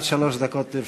עד שלוש דקות לרשותך.